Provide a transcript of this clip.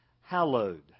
hallowed